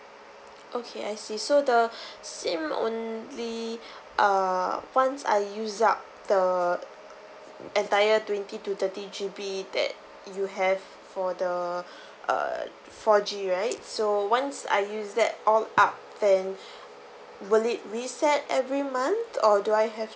okay I see so the SIM only uh once I use up the entire twenty to thirty G_B that you have for the uh four G right so once I use that all up then will it reset every month or do I have